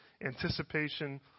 anticipation